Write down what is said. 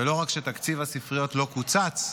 ולא רק שתקציב הספריות לא קוצץ,